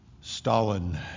Stalin